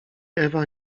ewa